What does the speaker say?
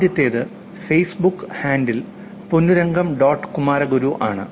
ആദ്യത്തേത് Facebook handle Ponnurangam dot Kumaraguru ആണ്